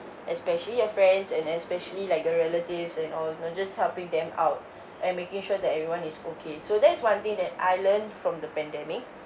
especially your friends and especially like a relatives and all uh just helping them out and making sure that everyone is okay so that's one thing that I learnt from the pandemic